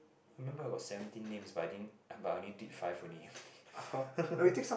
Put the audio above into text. remember I got seventeen names but I didn't but I only did five only